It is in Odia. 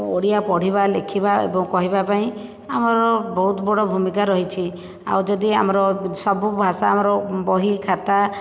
ଓଡ଼ିଆ ପଢ଼ିବା ଲେଖିବା ଏବଂ କହିବା ପାଇଁ ଆମର ବହୁତ ବଡ଼ ଭୂମିକା ରହିଛି ଆଉ ଯଦି ଆମର ସବୁ ଭାଷା ଆମର ବହି ଖାତା